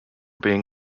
being